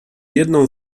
jedną